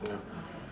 ya